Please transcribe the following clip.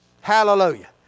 Hallelujah